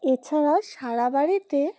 এছাড়া সারা বাড়িতে